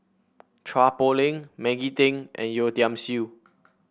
Chua Poh Leng Maggie Teng and Yeo Tiam Siew